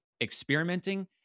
experimenting